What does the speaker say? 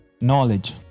knowledge